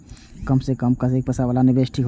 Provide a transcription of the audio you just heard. कम से कम कतेक पैसा वाला निवेश ठीक होते?